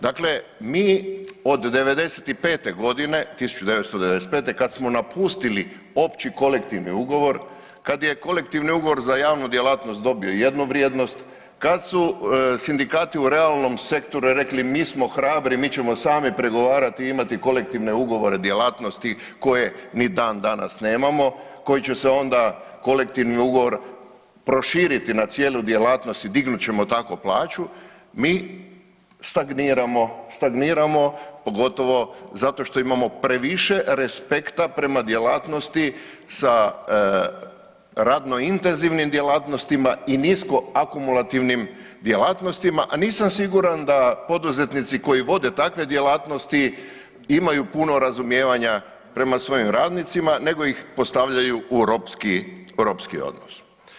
Dakle, mi od '95.-te godine, 1995. kad smo napustili opći kolektivni ugovor, kad je kolektivni ugovor za javnu djelatnost dobio jednu vrijednost, kad su sindikati u realnom sektoru rekli mi smo hrabri, mi ćemo sami pregovarati i imati kolektivne ugovore, djelatnosti koje ni dan danas nemamo koji će se onda kolektivni ugovor proširiti na cijelu djelatnost i dignut ćemo tako plaću, mi stagniramo, stagniramo pogotovo zato što imamo previše respekta prema djelatnosti sa radnointenzivnim djelatnostima i niskoakumulativnim djelatnostima, a nisam siguran da poduzetnici koji vode takve djelatnosti imaju puno razumijevanja prema svojim radnicima nego ih postavljaju u ropski, ropski odnos.